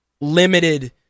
limited